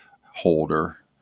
holder